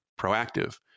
proactive